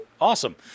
Awesome